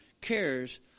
cares